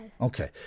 Okay